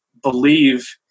believe